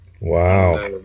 Wow